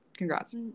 Congrats